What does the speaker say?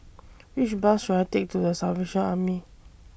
Which Bus should I Take to The Salvation Army